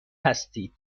هستید